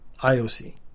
IOC